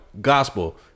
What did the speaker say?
gospel